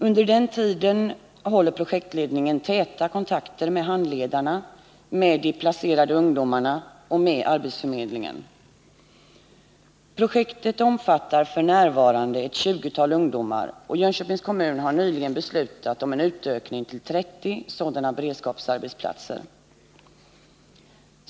Under den tiden håller projektledningen täta kontakter med handledarna, med de placerade ungdomarna och med Projektet omfattar f. n. ett tjugotal ungdomar, och Jönköpings kommun har nyligen beslutat om en utökning till 30 beredskapsarbetsplatser i projektet.